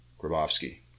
Grabowski